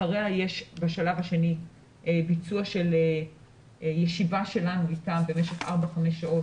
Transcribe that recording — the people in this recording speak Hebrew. אחריה יש בשלב שני ביצוע של ישיבה שלנו אתם במשך ארבע-חמש שעות